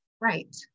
Right